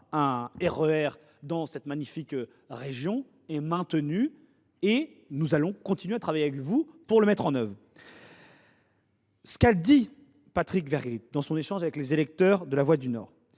un RER dans cette magnifique région est maintenue. Nous allons continuer de travailler avec vous pour mettre en œuvre ce projet. Ce qu’a dit Patrice Vergriete dans son échange avec les lecteurs de, c’est qu’il